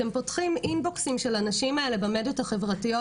אתם פותחים אינבוקסים של האנשים האלה במדיות החברתיות